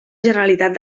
generalitat